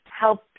Help